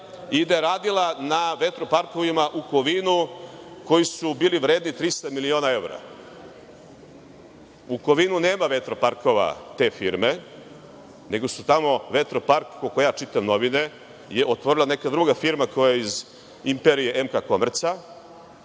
i da je radila na vetroparkovima u Kovinu, koji su bili vredni 300 miliona evra. U Kovinu nema vetroparkova te firme, nego tamo vetropark, koliko ja čitam novine, otvorila je neka druga firma, koja je iz imperije MK Komerca